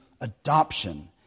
adoption